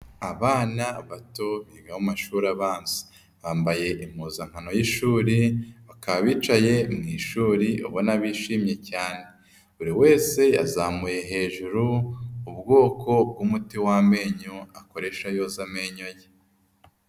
Abana bato biga mu mashuri abanza, bambaye impuzankano y'ishuri, bakaba bicaye mu ishuri ubona bishimye cyane, buri wese yazamuye hejuru ubwoko bw'umuti w'amenyo akoresha yoza amenyo ye.